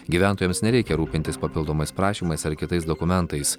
gyventojams nereikia rūpintis papildomais prašymais ar kitais dokumentais